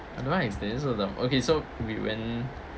okay so we went